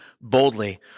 boldly